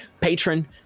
Patron